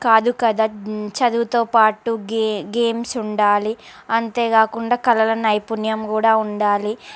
కాదు కదా చదువుతోపాటు గే గేమ్స్ ఉండాలి అంతేకాకుండా కళల నైపుణ్యం కూడా ఉండాలి